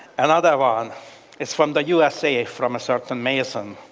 another one is from the usa, from a certain mason.